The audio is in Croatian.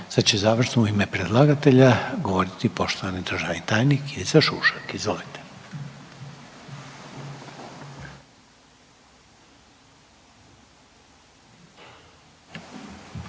Sad će završno u ime predlagatelja govoriti poštovani državni tajnik Tomislav Paljak.